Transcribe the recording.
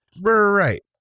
Right